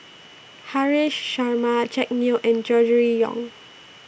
Haresh Sharma Jack Neo and Gregory Yong